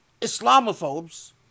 Islamophobes